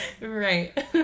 right